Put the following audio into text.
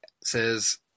says –